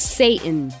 satan